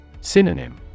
Synonym